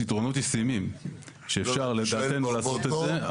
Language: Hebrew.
פתרונות ישימים שאפשר לדעתנו לעשות את זה,